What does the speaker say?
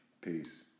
Peace